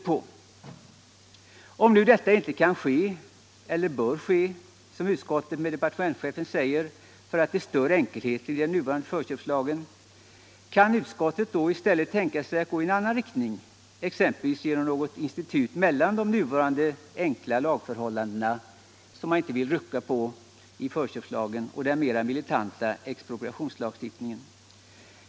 Om nu den översyn vi begär inte kan ske eller inte bör ske, som utskottet med departementschefen säger, därför att det stör enkelheten i den nuvarande förköpslagen, kan utskottet då i stället tänka sig att gå i en annan riktning, exempelvis genom något institut mellan den nuvarande enkla förköpslagen, som man inte vill rucka på, och den mer militanta expropriationslagstiftningen?